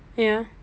ya